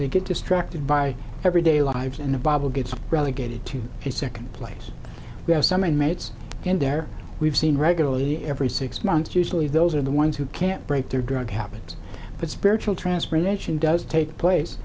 they get distracted by everyday lives and the bible gets relegated to second place we have some inmates in there we've seen regularly every six months usually those are the ones who can't break their drug habit but spiritual transformation does take place